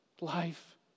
life